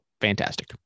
fantastic